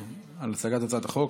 על הצגת הצעת החוק.